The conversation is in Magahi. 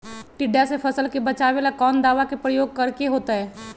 टिड्डा से फसल के बचावेला कौन दावा के प्रयोग करके होतै?